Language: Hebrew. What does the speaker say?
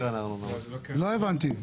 לא הבנתי.